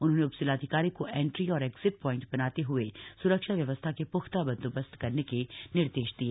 उन्होंने उपजिलाधिकारी को एंट्री और एग्जिट प्वाइंट बनाते हुए सुरक्षा व्यवस्था के पुख्ता बंदोबस्त करने के निर्देश दिए